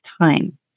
time